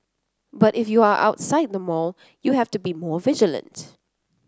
but if you are outside the mall you have to be more vigilant